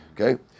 Okay